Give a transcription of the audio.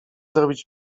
zrobić